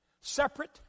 separate